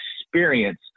experience